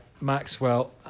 Maxwell